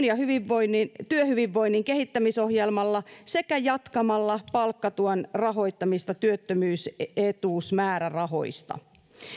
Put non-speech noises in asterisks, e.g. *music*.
*unintelligible* ja työhyvinvoinnin kehittämisohjelmalla sekä jatkamalla palkkatuen rahoittamista työttömyysetuusmäärärahoista